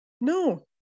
No